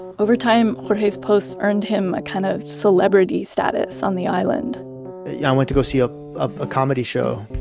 over time, jorge's posts earned him a kind of celebrity status on the island i yeah went to go see ah ah a comedy show,